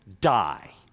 die